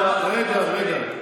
רגע רגע,